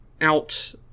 out